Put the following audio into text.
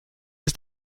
ist